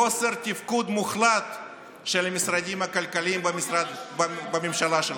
חוסר תפקוד מוחלט של המשרדים הכלכליים בממשלה שלך.